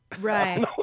Right